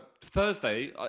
Thursday